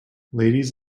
ladies